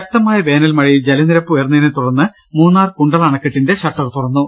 ശക്തമായ വേനൽമഴയിൽ ജലനിരപ്പ് ഉയർന്നതിനെത്തുടർന്ന് മൂന്നാർ കുണ്ടള അണക്കെട്ടിന്റെ ഷട്ടർ തുറന്നു